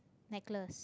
necklace